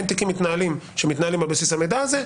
שאין תיקים מתנהלים שמתנהלים על בסיס המידע הזה.